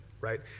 right